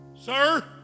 sir